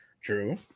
True